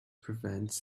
prevents